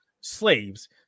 slaves